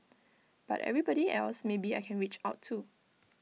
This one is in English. but everybody else maybe I can reach out to